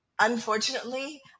unfortunately